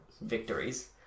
victories